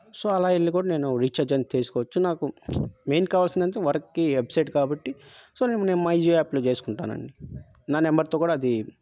so అలా వెళ్ళి కూడా నేను రీఛార్జ్ అన్ చేసుకోవచ్చు నాకు మెయిన్ కావాల్సిందంటే వర్క్కి వెబ్సైట్ కాబట్టి సో నేను నే మైజియో యాప్లో చేసుకుంటానండి నా నెంబర్తో కూడా అది